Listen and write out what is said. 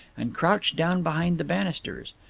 and crouched down behind the banisters.